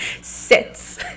sits